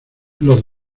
los